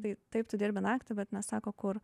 tai taip tu dirbi naktį bet nesako kur